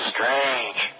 Strange